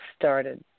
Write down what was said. started